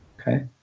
Okay